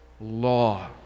law